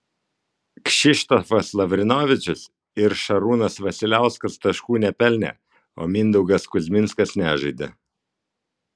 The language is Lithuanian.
kšištofas lavrinovičius ir šarūnas vasiliauskas taškų nepelnė o mindaugas kuzminskas nežaidė